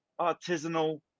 artisanal